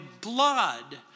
blood